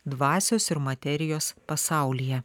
dvasios ir materijos pasaulyje